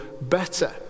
better